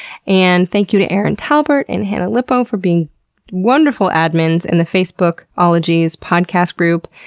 and thank you to erin talbert and hannah lipow for being wonderful admins in the facebook ologies podcast group.